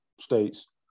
states